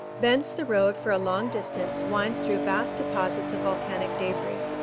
thence the road for a long distance winds through vast deposits of volcanic debris,